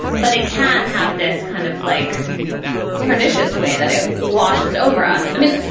but it can have this kind of like pernicious way that it washes over us. i mean,